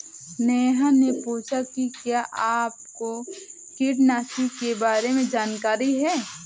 नेहा ने पूछा कि क्या आपको कीटनाशी के बारे में जानकारी है?